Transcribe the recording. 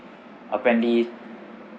apparently